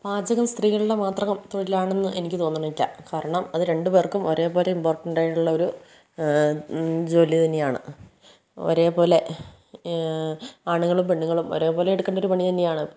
പാചകം സ്ത്രീകളുടെ മാത്രം തൊഴിൽ ആണെന്ന് എനിക്ക് തോന്നണില്ല കാരണം അത് രണ്ട് പേർക്കും ഒരേപോലെ ഇമ്പോർട്ടൻ്റ് ആയിട്ടുള്ള ഒരു ജോലി തന്നെയാണ് ഒരേപോലെ ആണുങ്ങളും പെണ്ണുങ്ങളും ഒരേപോലെ എടുക്കേണ്ട ഒരു പണി തന്നെ ആണ്